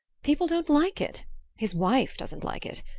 people don't like it his wife doesn't like it.